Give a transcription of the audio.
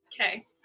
Okay